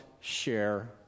share